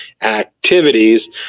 activities